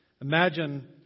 Imagine